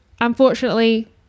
unfortunately